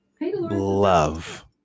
love